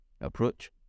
approach